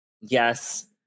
Yes